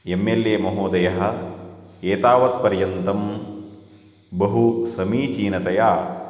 M L A महोदयः एतावत्पर्यन्तं बहुसमीचीनतया